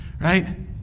right